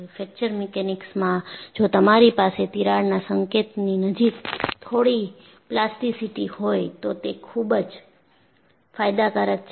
fracture મિકેનિક્સમાં જો તમારી પાસે તિરાડના સંકેતની નજીક થોડી પ્લાસ્ટિસિટી હોય તો તે ખુબ જ ફાયદાકારક છે